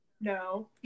No